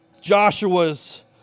Joshua's